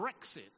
Brexit